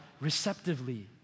receptively